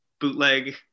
bootleg